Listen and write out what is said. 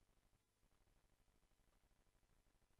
ממותו